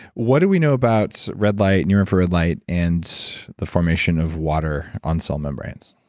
what do we know about red light, near infrared light and the formation of water on cell membranes?